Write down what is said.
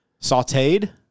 Sauteed